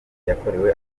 yakorewe